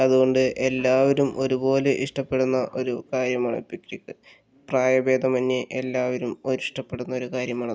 അതുകൊണ്ട് എല്ലാവരും ഒരുപോലെ ഇഷ്ടപ്പെടുന്ന ഒരു കാര്യമാണ് പിക്കിനിക്ക് പ്രായ ഭേദമന്യേ ഇഷ്ടപ്പെടുന്ന ഒരു കാര്യമാണ് അത്